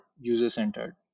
user-centered